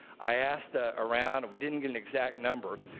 i asked ah around and we didn't get an exact number,